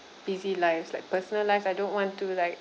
busy lives like personal lives I don't want to like